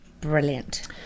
brilliant